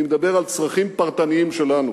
אני מדבר על צרכים פרטניים שלנו.